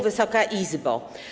Wysoka Izbo!